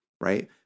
right